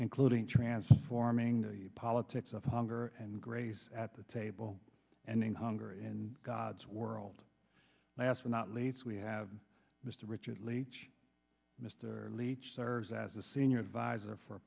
including transforming the politics of hunger and grace at the table and then hunger and god's world last but not least we have mr richard lee mr leach serves as a senior advisor for a